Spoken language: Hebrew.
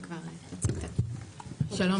שלום